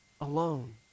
alone